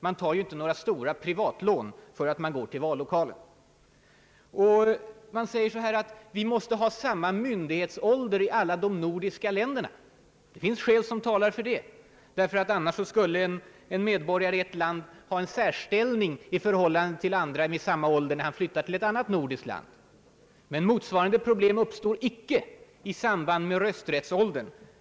Man tar ju inte några stora privatlån för att man går till vallokalen. Man säger vidare att vi måste ha samma myndighetsålder i alla de nordiska länderna, Det finns skäl som talar för det, ty annars skulle en medborgare i ett land ha en särställning i förhållande till andra i samma ålder när han flyttar till ett annat nordiskt land. Motsvarande problem uppstår icke i samband med rösträttsåldern.